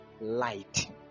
Light